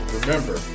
Remember